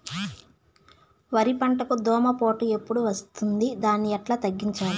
వరి పంటకు దోమపోటు ఎప్పుడు వస్తుంది దాన్ని ఎట్లా తగ్గించాలి?